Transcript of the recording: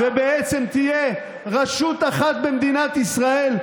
ובעצם תהיה רשות אחת במדינת ישראל,